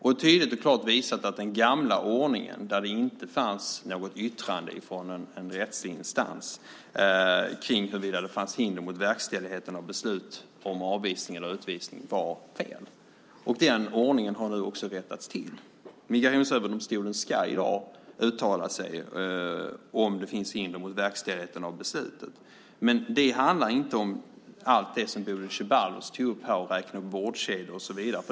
Jag har tydligt och klart visat att den gamla ordningen, där det inte fanns något yttrande från en rättsinstans kring huruvida det fanns hinder mot verkställigheten av beslut om avvisning eller utvisning, var fel. Den ordningen har nu också rättats till. Migrationsöverdomstolen ska i dag uttala sig om det finns hinder mot verkställigheten av beslutet. Men det handlar inte om allt det som Bodil Ceballos tog upp här när hon räknade upp vårdkedjor och så vidare.